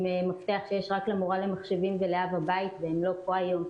מפתח שיש רק למורה למחשבים ולאב הבית ו"הם לא פה היום,